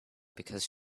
because